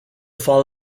fall